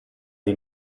die